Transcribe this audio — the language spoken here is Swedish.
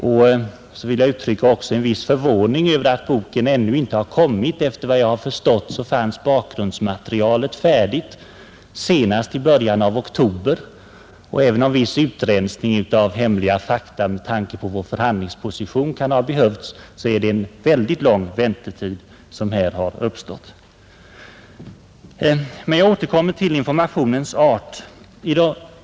Jag vill också uttrycka en viss förvåning över att boken ännu inte har kommit. Efter vad jag har förstått fanns bakgrundsmaterialet färdigt senast i början av oktober, och även om viss utrensning av hemliga fakta med tanke på vår förhandlingsposition kan ha behövts, har en mycket lång väntetid uppstått. Jag återkommer till informationens art.